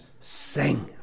sing